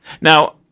Now